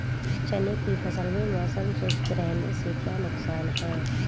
चने की फसल में मौसम शुष्क रहने से क्या नुकसान है?